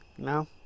No